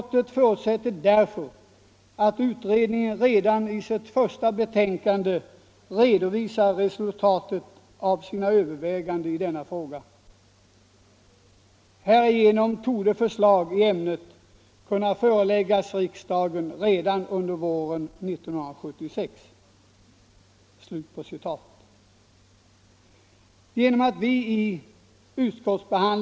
Vi förlorade ett val på den här frågan också, men tack vare att vi har varit så envetna i vår kamp blev det år 1969 pensionstillskott. De kr.